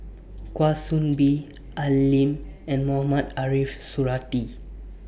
Kwa Soon Bee Al Lim and Mohamed Ariff Suradi